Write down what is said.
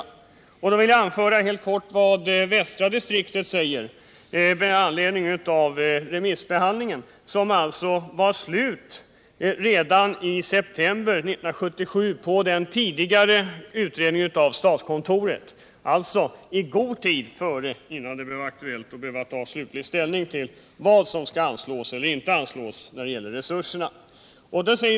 I det sammanhanget vill jag helt kort återge vad västra distriktet skriver med anledning av den remissbehandling, som beträffande den tidigare utredningen av statskontoret avslutades redan i september 1977 — alltså i god tid, innan det blev aktuellt att ta slutlig ställning till vad som skall anslås och inte anslås när det gäller resurserna.